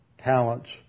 talents